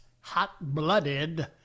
Hot-blooded